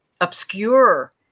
obscure